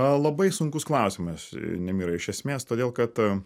labai sunkus klausimas nemira iš esmės todėl kad